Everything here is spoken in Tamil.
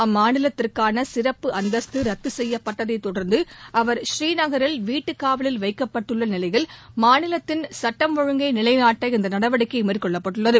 அம்மாநிலத்திற்கானசிறப்பு அந்தஸ்து ரத்துசெய்யப்பட்டதைத் தொடர்ந்துஅவர் டமீநகரில் வீட்டுக்காவலில் வைக்கப்பட்டுள்ளநிலையில் மாநிலத்தின் நிலைநாட்ட ஒழுங்கை இந்தநடவடிக்கைமேற்கொள்ளப்பட்டுள்ளது